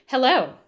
Hello